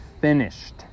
finished